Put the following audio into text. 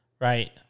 Right